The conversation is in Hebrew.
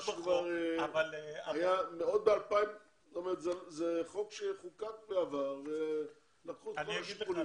זה חוק שחוקק בעבר ולקחו את כל השיקולים.